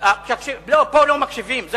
פה מקשיבים לכם.